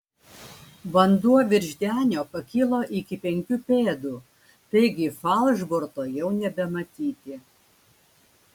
vanduo virš denio pakilo iki penkių pėdų taigi falšborto jau nebematyti